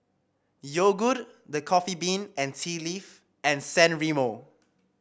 Yogood The Coffee Bean and Tea Leaf and San Remo